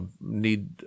need